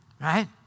right